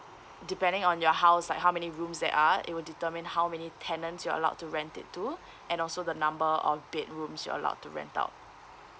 depending on your house like how many rooms there are it will determine how many tenants you're allowed to rent it to and also the number of bedrooms you're allowed to rent out